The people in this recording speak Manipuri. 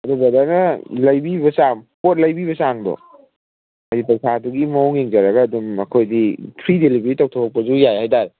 ꯑꯗꯨ ꯕ꯭ꯔꯗꯔꯅ ꯂꯩꯕꯤꯕ ꯆꯥꯡ ꯄꯣꯠ ꯂꯩꯕꯤꯕ ꯆꯥꯡꯗꯣ ꯍꯥꯏꯗꯤ ꯄꯩꯁꯥꯗꯨꯒꯤ ꯃꯑꯣꯡ ꯌꯦꯡꯖꯔꯒ ꯑꯗꯨꯝ ꯑꯈꯣꯏꯗꯤ ꯐ꯭ꯔꯤ ꯗꯦꯂꯤꯚꯔꯤ ꯇꯧꯊꯣꯔꯛꯄꯁꯨ ꯌꯥꯏ ꯍꯥꯏꯇꯥꯔꯦ